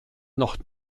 noch